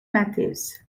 matthews